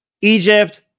egypt